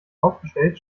aufgestellt